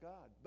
God